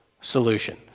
solution